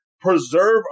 preserve